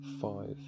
five